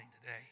today